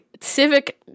civic